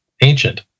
ancient